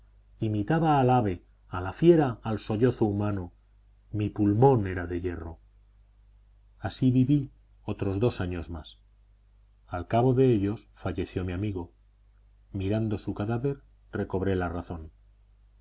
imitaba al ave a la fiera al sollozo humano mi pulmón era de hierro así viví otros dos años más al cabo de ellos falleció mi amigo mirando su cadáver recobré la razón